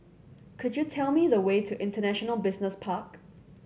could you tell me the way to International Business Park